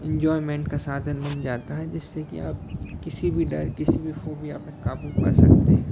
enjoyment का साधन बन जाता है जिससे कि आप किसी भी डर किसी भी फ़ोबिया पर काबू पा सकते हैं